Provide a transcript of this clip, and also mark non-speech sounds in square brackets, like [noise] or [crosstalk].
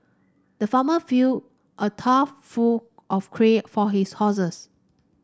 the farmer filled a trough full of [unintelligible] for his horses